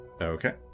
Okay